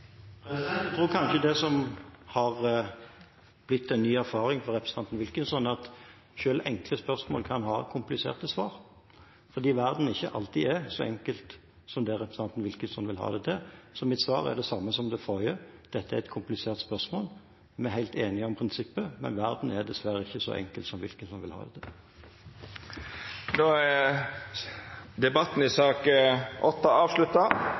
Jeg tror kanskje det som har blitt en ny erfaring for representanten Wilkinson, er at selv enkle spørsmål kan ha kompliserte svar, fordi verden ikke alltid er så enkel som det representanten Wilkinson vil ha det til. Så mitt svar er det samme som det forrige. Dette er et komplisert spørsmål. Vi er helt enige om prinsippet, men verden er dessverre ikke så enkel som Wilkinson vil ha det til. Replikkordskiftet er